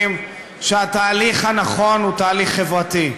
שהתהליך הנכון הוא תהליך חברתי.